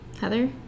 Heather